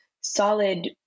solid